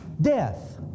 Death